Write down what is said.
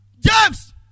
James